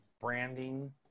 branding